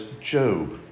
Job